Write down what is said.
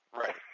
right